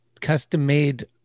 custom-made